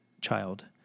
child